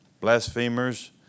blasphemers